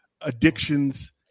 addictions